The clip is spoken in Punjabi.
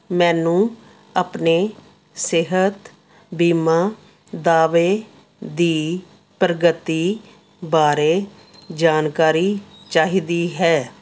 ਮੈਨੂੰ ਆਪਣੇ ਸਿਹਤ ਬੀਮਾ ਦਾਅਵੇ ਦੀ ਪ੍ਰਗਤੀ ਬਾਰੇ ਜਾਣਕਾਰੀ ਚਾਹੀਦੀ ਹੈ